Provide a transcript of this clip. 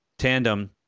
tandem